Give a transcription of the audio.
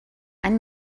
ein